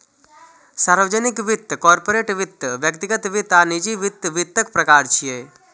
सार्वजनिक वित्त, कॉरपोरेट वित्त, व्यक्तिगत वित्त आ निजी वित्त वित्तक प्रकार छियै